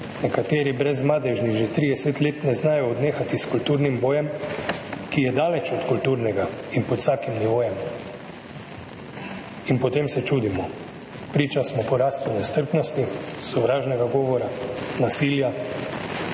Nekateri brezmadežni že 30 let ne znajo odnehati s kulturnim bojem, ki je daleč od kulturnega in pod vsakim nivojem. In potem se čudimo, priča smo porastu nestrpnosti, sovražnega govora, nasilja